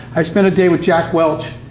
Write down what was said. i spent a day with jack welch,